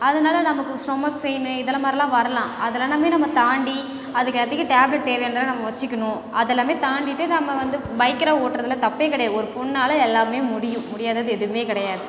அதனால நமக்கு stomach pain இதில் மாதிரிலாம் வரலாம் அதில் எல்லாமே நம்ம தாண்டி அதுக்கு அதிக டேப்லட் தேவையானதுலாம் நம்ம வச்சுக்கணும் அதெல்லாமே தாண்டிட்டு நம்ம வந்து பைக்கராக ஓட்றதில் தப்பே கிடயாது ஒரு பெண்ணால எல்லாமே முடியும் முடியாதது எதுவுமே கிடயாது